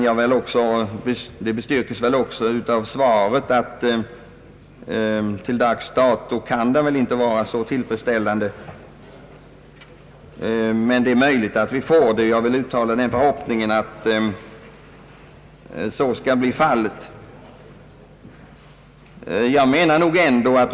Jag vill närmast slå fast att vad som gjorts till dags dato inte kan betecknas som tillfredsställande. Det är möjligt att det kommer att ske en förbättring, och jag vill uttala förhoppningen att så skall bli fallet.